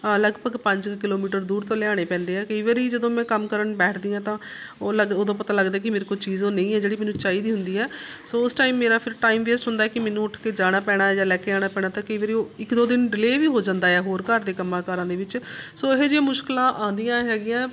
ਲਗਭਗ ਪੰਜ ਕਿਲੋਮੀਟਰ ਦੂਰ ਤੋਂ ਲਿਆਉਣੇ ਪੈਂਦੇ ਹੈ ਕਈ ਵਾਰੀ ਜਦੋਂ ਮੈਂ ਕੰਮ ਕਰਨ ਬੈਠਦੀ ਹਾਂ ਤਾਂ ਉਹ ਉਦੋਂ ਪਤਾ ਲੱਗਦਾ ਕਿ ਮੇਰੇ ਕੋਲ ਚੀਜ਼ ਉਹ ਨਹੀਂ ਹੈ ਜਿਹੜੀ ਮੈਨੂੰ ਚਾਹੀਦੀ ਹੁੰਦੀ ਹੈ ਸੋ ਉਸ ਟਾਈਮ ਮੇਰਾ ਫਿਰ ਟਾਈਮ ਵੇਸਟ ਹੁੰਦਾ ਕਿ ਮੈਨੂੰ ਉੱਠ ਕੇ ਜਾਣਾ ਪੈਣਾ ਜਾਂ ਲੈ ਕੇ ਆਉਣਾ ਪੈਣਾ ਤਾਂ ਕਈ ਵਾਰੀ ਉਹ ਇੱਕ ਦੋ ਦਿਨ ਡਿਲੇ ਵੀ ਹੋ ਜਾਂਦਾ ਹੈ ਹੋਰ ਘਰ ਦੇ ਕੰਮਾਂ ਕਾਰਾਂ ਦੇ ਵਿੱਚ ਸੋ ਇਹੋ ਜਿਹੇ ਮੁਸ਼ਕਿਲਾਂ ਆਉਂਦੀਆਂ ਹੈਗੀਆਂ